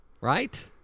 Right